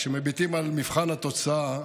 כשמביטים על מבחן התוצאה